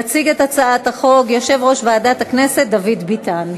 יציג את הצעת החוק יושב-ראש ועדת הכנסת דוד ביטן.